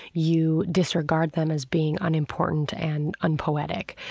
you disregard them as being unimportant and unpoetic.